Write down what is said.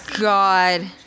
God